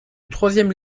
troisième